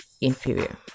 inferior